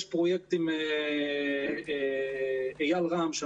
יש פרויקט עם אייל רם ממשרד החינוך,